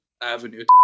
avenue